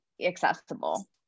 accessible